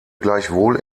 gleichwohl